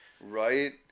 Right